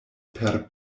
per